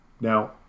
Now